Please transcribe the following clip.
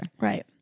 Right